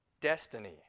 destiny